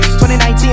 2019